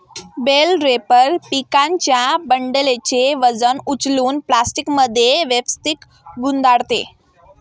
bell wrapper पिकांच्या बंडलचे वजन उचलून प्लास्टिकमध्ये व्यवस्थित गुंडाळते